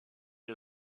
une